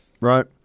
Right